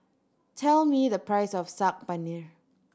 tell me the price of Saag Paneer